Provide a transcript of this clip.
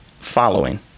following